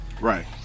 Right